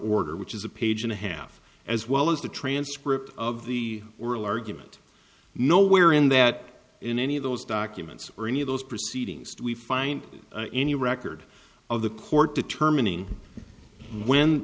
order which is a page and a half as well as the transcript of the were arguments no where in that in any of those documents or any of those proceedings we find any record of the court determining when